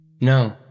No